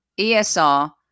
ESR